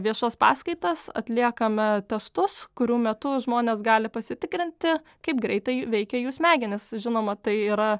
viešas paskaitas atliekame testus kurių metu žmonės gali pasitikrinti kaip greitai veikia jų smegenys žinoma tai yra